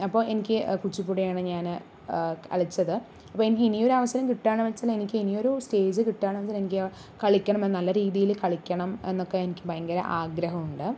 അപ്പോൾ എനിക്ക് കുച്ചിപ്പുടിയാണ് ഞാന് കളിച്ചത് അപ്പോൾ എനിക്ക് ഇനിയൊരു അവസരം കിട്ടാണ് വെച്ചാൽ എനിക്ക് ഇനിയൊരു സ്റ്റേജ് കിട്ടാന്ന് വെച്ചാൽ എനിക്ക് കളിക്കണമെന്ന് നല്ല രീതിയില് കളിക്കണം എന്നൊക്കെ എനിക്ക് ഭയങ്കര ആഗ്രഹമുണ്ട്